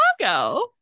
Chicago